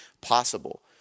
possible